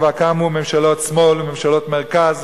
כבר קמו ממשלות שמאל וממשלות מרכז,